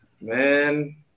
Man